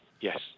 Yes